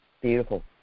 Beautiful